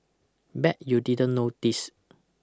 bet you didn't know this